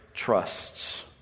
trusts